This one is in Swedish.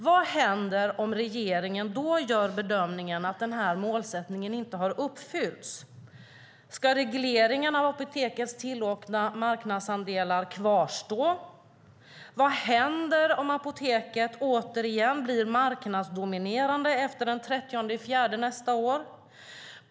Vad händer om regeringen då gör bedömningen att målsättningen inte har uppnåtts? Ska regleringen av Apotekets tillåtna marknadsandelar kvarstå? Vad händer om Apoteket återigen blir marknadsdominerande efter den 30 april nästa år?